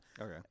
Okay